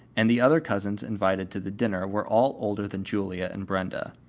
and the other cousins invited to the dinner were all older than julia and brenda.